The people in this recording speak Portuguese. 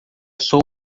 sou